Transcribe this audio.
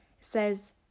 says